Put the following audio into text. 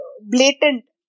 blatant